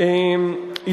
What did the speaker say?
אתה אחרון.